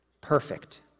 Perfect